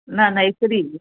न न एतिरी